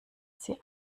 sie